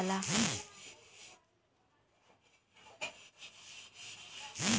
ठोस लकड़ी से पलंग मसहरी कुरसी बनावल जाला